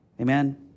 Amen